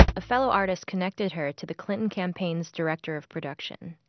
a fellow artists connected her to the clinton campaign's director of production,